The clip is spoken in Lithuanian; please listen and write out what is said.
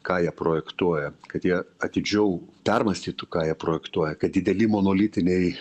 ką jie projektuoja kad jie atidžiau permąstytų ką jie projektuoja kad dideli monolitiniai